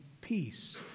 peace